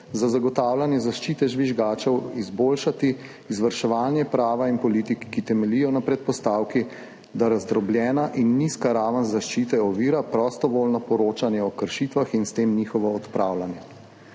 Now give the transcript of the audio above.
za zagotavljanje zaščite žvižgačev izboljšati izvrševanje prava in politik, ki temeljijo na predpostavki, da razdrobljena in nizka raven zaščite ovira prostovoljno poročanje o kršitvah in s tem njihovo odpravljanje.